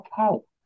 okay